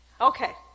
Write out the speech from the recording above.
Okay